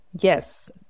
Yes